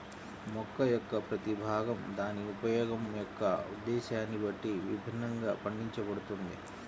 మొక్క యొక్క ప్రతి భాగం దాని ఉపయోగం యొక్క ఉద్దేశ్యాన్ని బట్టి విభిన్నంగా పండించబడుతుంది